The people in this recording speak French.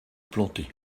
plantées